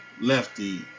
lefty